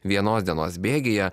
vienos dienos bėgyje